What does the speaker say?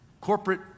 corporate